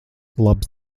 labs